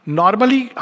normally